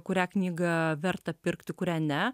kurią knyga verta pirkti kurią ne